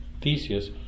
Theseus